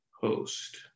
host